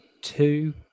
two